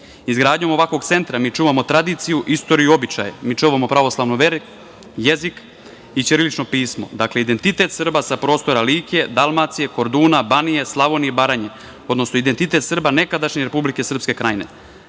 Izgradnjom ovakvog centra mi čuvamo tradiciju, istoriju i običaje, mi čuvamo pravoslavnu veru, jezik i ćirilično pismo, dakle identitet Srba sa prostora Like, Dalmacije, Korduna, Banije, Slavonije i Baranje, odnosno identitet Srba nekadašnje Republike Srpske Krajine. Nama